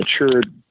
matured